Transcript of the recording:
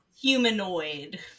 humanoid